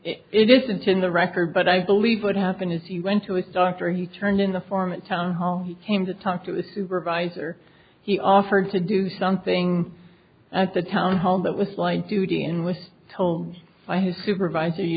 and it isn't in the record but i believe what happened is he went to a doctor he turned in the form a town hall came to talk to the supervisor he offered to do something at the town hall that was light duty and was told by his supervisor you